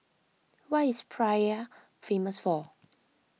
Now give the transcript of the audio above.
what is Praia famous for